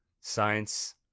science